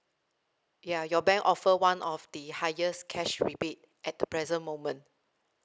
ya your bank offer one of the highest cash rebate at the present moment